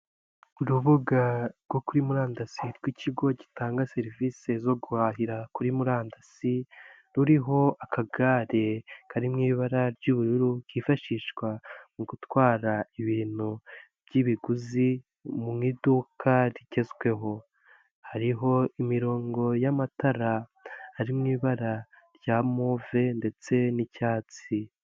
Urubuga rwo kuri murandasi rw'ikigo gitanga serivisi zo guhahira kuri murandasi ruriho akagare karirimo ibara ry'ubururu kifashishwa mu gutwara ibintu by'ibiguzi mu iduka rigezweho, hariho imirongo y'amatara ari mu ibara rya move ndetse n'icyatsi.